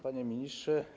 Panie Ministrze!